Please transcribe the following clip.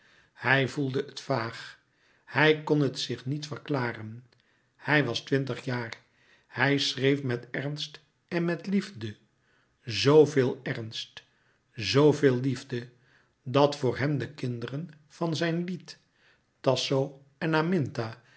hij voelde het vaag hij kon het zich niet verklaren hij was twintig jaar hij schreef met ernst en met liefde zoveel ernst zoveel liefde dat vor hem de kinderen van zijn lied tasso en aminta